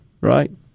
right